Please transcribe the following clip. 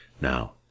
Now